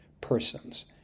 person's